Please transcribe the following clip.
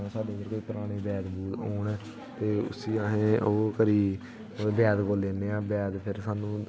साढ़े इद्धर कोई पराने वैद होर न ते उसी असें ओह् करी वैद कोल लैने आं वैद फिर सानूं